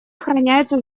охраняется